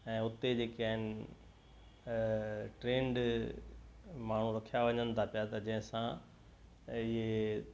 ऐं उते जेके आहिनि ट्रेंड माण्हू रखिया वञनि था पिया जंहिं सां इहे